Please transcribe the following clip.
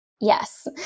Yes